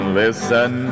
listen